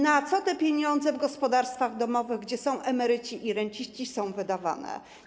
Na co te pieniądze w gospodarstwach domowych, gdzie są emeryci i renciści, są wydawane?